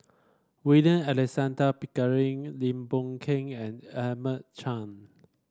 William Alexander Pickering Lim Boon Keng and Edmund Chen